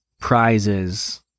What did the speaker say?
prizes